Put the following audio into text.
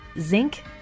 zinc